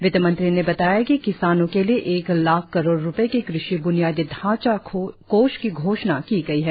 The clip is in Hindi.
वित्तमंत्री ने बताया कि किसानों के लिए एक लाख करोड रूपये के कृषि ब्नियादी ढांचा कोष की घोषणा की गई है